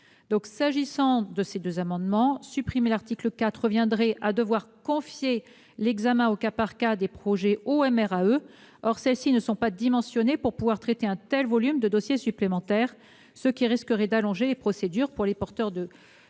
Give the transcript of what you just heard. les situations de conflit d'intérêts. Supprimer l'article 4 reviendrait à devoir confier l'examen au cas par cas des projets aux MRAE, or celles-ci ne sont pas dimensionnées pour traiter un tel volume de dossiers supplémentaires, ce qui risquerait d'allonger les procédures pour les porteurs de